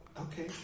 Okay